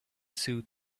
suit